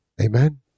Amen